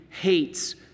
hates